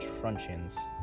truncheons